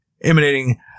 emanating